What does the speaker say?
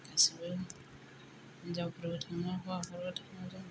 गासैबो हिनजावफोरबो थाङो हौवाफोरबो थाङो जोङो